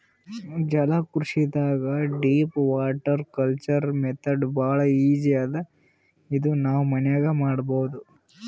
ಜಲಕೃಷಿದಾಗ್ deep water culture method ಭಾಳ್ easy ಅದಾ ಇದು ನಾವ್ ಮನ್ಯಾಗ್ನೂ ಮಾಡಬಹುದ್